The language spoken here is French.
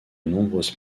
nombreuses